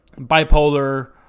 bipolar